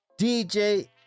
dj